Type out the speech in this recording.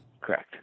Correct